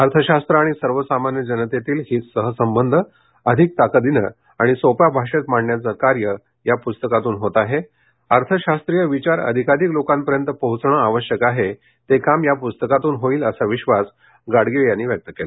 अर्थशास्त्र आणि सर्वसामान्य जनतेतील सहसंबंध अधिक ताकदीने आणि सोप्या भाषेत मांडण्याचे कार्य या पुस्तकातून होते आहे अर्थशास्त्रीय विचार अधिकाधिक लोकांपर्यंत पोहोचणे आवश्यक आहे ते काम या पुस्तकातून होईल अशा विश्वास गाडगीळ यांनी व्यक्त केला